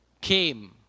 came